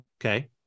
okay